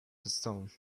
stone